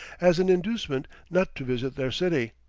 as an inducement not to visit their city,